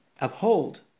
uphold